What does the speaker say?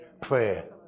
prayer